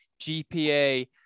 GPA